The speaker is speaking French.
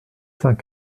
saint